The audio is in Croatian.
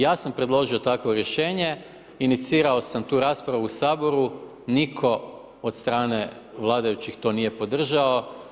Ja sam predložio takvo rješenje, inicirao sam tu raspravu u SAboru, niko od strane vladajućih to nije podržao.